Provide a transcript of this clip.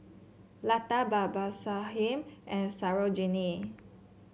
Lata Babasaheb and Sarojini